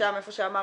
שם איפה שאמרת,